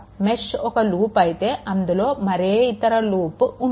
mesh ఒక loop అయితే అందులో మరే ఇతర లూప్ ఉండదు